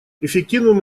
эффективным